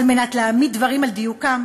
על מנת להעמיד דברים על דיוקם,